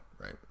right